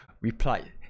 replied